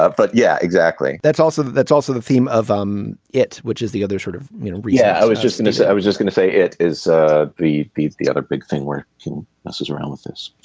ah but yeah exactly that's also that's also the theme of um it which is the other sort of rehab i was just going to say i was just going to say it is. ah the the other big thing where this is analysis